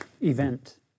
event